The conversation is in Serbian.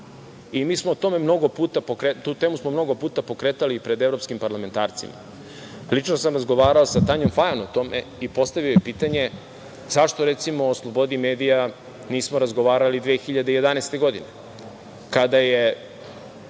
Mi smo o tome mnogo puta pričali, tu temu pokretali, i pred evropskim parlamentarcima. Lično sam razgovarao sa Fajon o tome i postavio joj pitanje zašto recimo o slobodi medija, nismo razgovarali 2011. godine, kada je